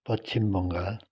Paschim Bengal